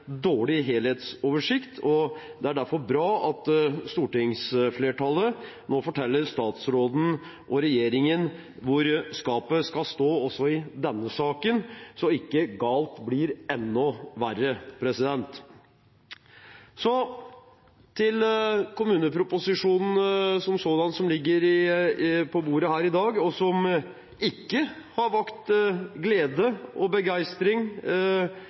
dårlig helhetsoversikt. Det er derfor bra at stortingsflertallet nå forteller statsråden og regjeringen hvor skapet skal stå, også i denne saken, så ikke galt blir enda verre. Så til kommuneproposisjonen som sådan, som ligger på bordet her i dag, og som ikke har vakt glede og begeistring